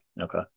Okay